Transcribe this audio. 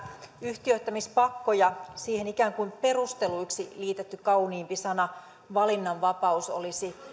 yhtiöittämispakko ja siihen ikään kuin perusteluksi liitetty kauniimpi sana valinnanvapaus olisi